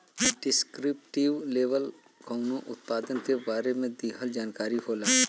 descriptive label कउनो उत्पाद के बारे में दिहल जानकारी होला